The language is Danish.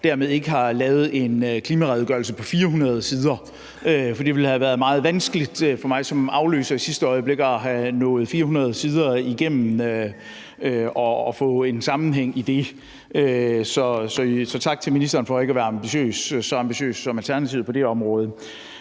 og dermed ikke har lavet en klimaredegørelse på 400 sider. Det havde været meget vanskeligt for mig som afløser i sidste øjeblik at være nået 400 sider igennem og få en sammenhæng i det. Så tak til ministeren for ikke at være ambitiøs – så ambitiøs som Alternativet på det her område.